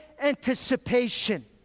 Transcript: anticipation